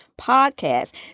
podcast